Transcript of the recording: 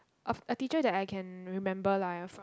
of a teacher that I can remember lah ya from